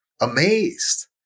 amazed